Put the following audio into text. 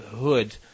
hood